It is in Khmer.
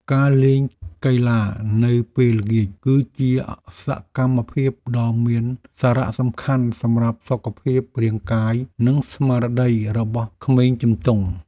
ការលេងកីឡានៅពេលល្ងាចគឺជាសកម្មភាពដ៏មានសារៈសំខាន់សម្រាប់សុខភាពរាងកាយនិងស្មារតីរបស់ក្មេងជំទង់។